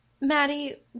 Maddie